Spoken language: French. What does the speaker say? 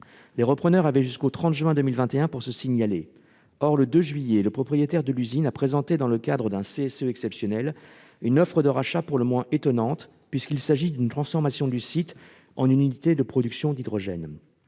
Les repreneurs avaient jusqu'au 30 juin 2021 pour se signaler. Or, le 2 juillet, le propriétaire de l'usine a présenté, dans le cadre d'un comité social et économique exceptionnel, une offre de rachat pour le moins étonnante, puisqu'il s'agit d'une transformation du site en une unité de production d'hydrogène.